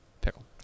Pickle